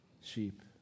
sheep